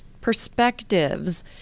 Perspectives